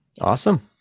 Awesome